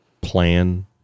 plan